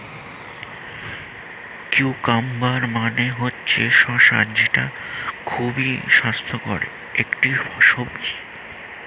cucumber মানে হচ্ছে শসা যেটা খুবই স্বাস্থ্যকর একটি সবজি